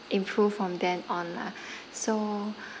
improve from then on lah so